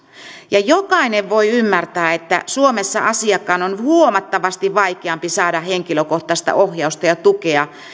ja jokainen voi ymmärtää että suomessa asiakkaan on huomattavasti vaikeampi saada henkilökohtaista ohjausta ja tukea